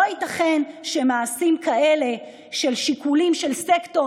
לא ייתכן שמעשים כאלה של שיקולים של סקטור